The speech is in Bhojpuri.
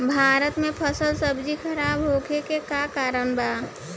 भारत में फल सब्जी खराब होखे के का कारण बा?